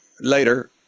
later